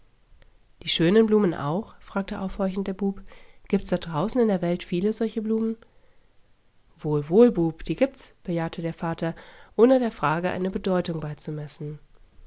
die schönen blumen auch fragte aufhorchend der bub gibt's dort draußen in der welt viele solche blumen wohl wohl bub die gibt's bejahte der vater ohne der frage eine bedeutung beizumessen